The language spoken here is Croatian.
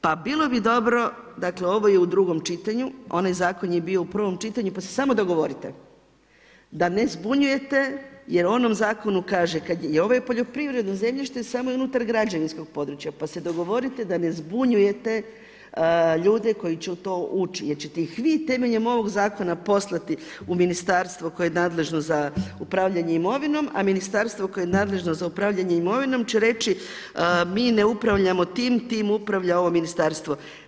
Pa bilo bi dobro dakle ovo je u drugom čitanju, onaj zakon je bio u prvom čitanju pa se samo dogovorite, da ne zbunjujete jer u onom zakonu kaže kada je i ovo poljoprivredno zemljište samo je unutar građevinskog područja pa se dogovorite da ne zbunjujete ljude koji će u to ući jer ćete ih vi temeljem ovog zakona poslati u ministarstvo koje je nadležno za upravljanje imovinom, a ministarstvo koje je nadležno za upravljanje imovinom će reći mi ne upravljamo tim, tim upravlja ovo ministarstvo.